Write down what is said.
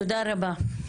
תודה רבה.